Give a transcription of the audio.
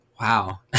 wow